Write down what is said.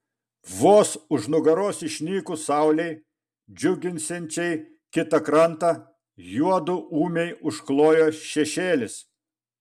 vos už nugaros išnykus saulei džiuginsiančiai kitą krantą juodu ūmiai užklojo šešėlis